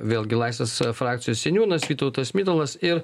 vėlgi laisvės frakcijos seniūnas vytautas mitalas ir